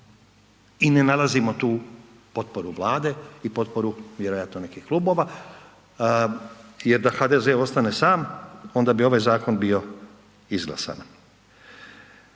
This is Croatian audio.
i ne nalazimo tu potporu Vlade i potporu vjerojatno nekih klubova jer da HDZ ostane sam, onda bi ovaj zakon bio izglasan.